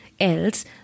else